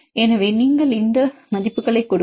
எனவே நீங்கள் இந்த மதிப்புகளைக் கொடுக்கலாம்